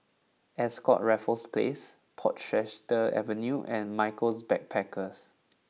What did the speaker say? Ascott Raffles Place Portchester Avenue and Michaels Backpackers